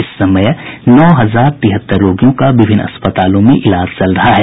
इस समय नौ हजार तिहत्तर रोगियों का विभिन्न अस्पतालों में इलाज चल रहा है